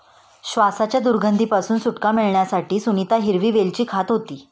श्वासाच्या दुर्गंधी पासून सुटका मिळवण्यासाठी सुनीता हिरवी वेलची खात होती